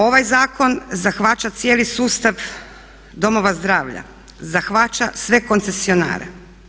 Ovaj zakon zahvaća cijeli sustav domova zdravlja, zahvaća sve koncesionare.